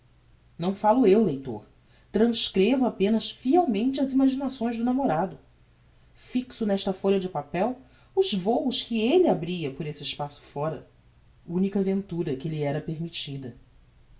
não falo eu leitor transcrevo apenas e fielmente as imaginações do namorado fixo nesta folha de papel os vôos que elle abria por esse espaço fóra unica ventura que lhe era permittida